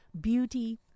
beauty